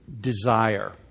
Desire